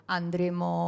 andremo